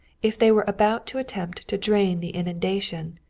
if they were about to attempt to drain the inundation,